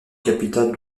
capitale